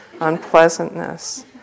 unpleasantness